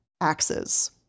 Axes